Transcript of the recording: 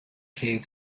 cave